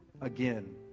Again